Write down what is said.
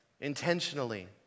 intentionally